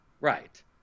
Right